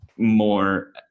More